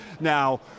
Now